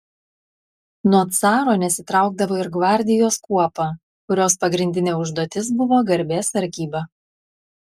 nuo caro nesitraukdavo ir gvardijos kuopa kurios pagrindinė užduotis buvo garbės sargyba